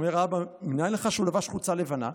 אומר האבא: מנין לך שהוא לבש חולצה לבנה?